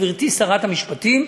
גברתי שרת המשפטים,